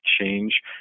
change